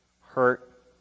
hurt